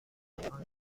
آنجا